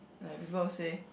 like people will say